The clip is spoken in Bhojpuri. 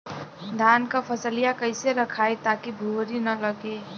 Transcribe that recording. धान क फसलिया कईसे रखाई ताकि भुवरी न लगे?